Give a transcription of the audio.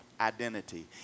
identity